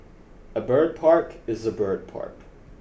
a bird park is a bird park